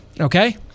okay